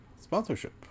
sponsorship